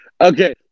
Okay